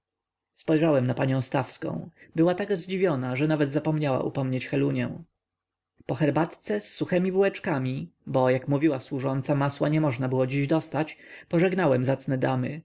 spojrzałem na panią stawską była tak zdziwiona że nawet zapomniała upomnieć helunię po herbatce z suchemi bułeczkami bo jak mówiła służąca masła niemożna było dziś dostać pożegnałem zacne damy